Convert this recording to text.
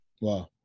Wow